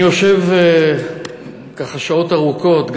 אני יושב ככה שעות ארוכות,